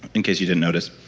in case you didn't notice.